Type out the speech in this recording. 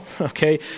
okay